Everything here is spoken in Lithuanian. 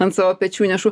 ant savo pečių nešu